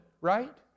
right